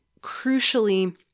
crucially